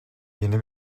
yeni